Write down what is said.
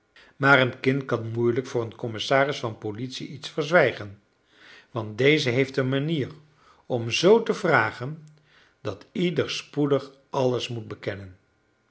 maar een kind kan moeilijk voor een commissaris van politie iets verzwijgen want deze heeft een manier om zoo te vragen dat ieder spoedig alles moet bekennen